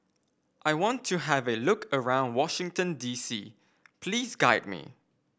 I want to have a look around Washington D C please guide me